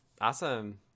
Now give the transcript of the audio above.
Awesome